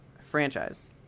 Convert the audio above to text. franchise